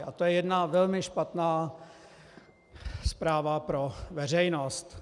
A to je jedna velmi špatná zpráva pro veřejnost.